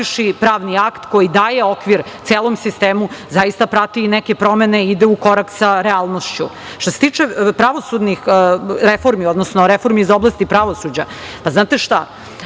pravni akt koji daje okvir celom sistemu, zaista prati i neke promene i ide u korak sa realnošću. Što se tiče pravosudnih reformi, odnosno reformi iz oblasti pravosuđa. Znate šta,